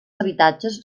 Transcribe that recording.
habitatges